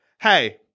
Hey